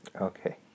Okay